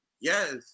yes